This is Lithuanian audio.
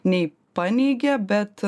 nei paneigė bet